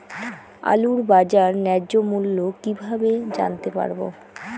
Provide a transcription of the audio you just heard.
আলুর বাজার ন্যায্য মূল্য কিভাবে জানতে পারবো?